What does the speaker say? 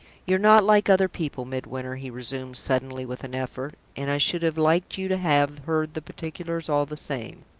you're not like other people, midwinter, he resumed, suddenly, with an effort and i should have liked you to have heard the particulars all the same.